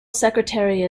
secretary